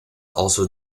also